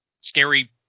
scary